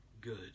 good